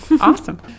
awesome